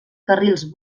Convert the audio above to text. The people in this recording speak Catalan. carrils